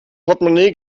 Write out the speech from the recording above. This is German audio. portmonee